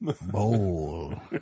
bowl